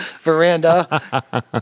veranda